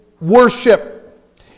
worship